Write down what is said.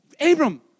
Abram